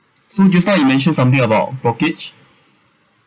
so just now you mentioned something about brokerage